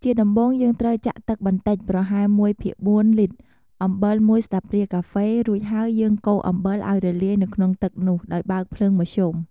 ជាដំំបូងយើងត្រូវចាក់ទឹកបន្តិច ប្រហែល ១ភាគ៤លីត្រ អំបិល ១ស្លាបព្រាកាហ្វេ រួចហើយយើងកូរអំបិលឱ្យរលាយនៅក្នុងទឹកនោះ ដោយបើកភ្លើងមធ្យម។